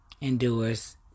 endures